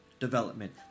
development